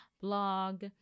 blog